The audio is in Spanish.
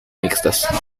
mixtas